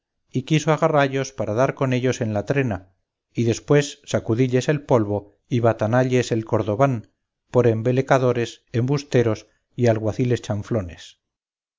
y quiso agarrallos para dar con ellos en la trena y después sacudilles el polvo y batanalles el cordobán por embelecadores embusteros y alguaciles chanflones